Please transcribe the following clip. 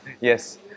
yes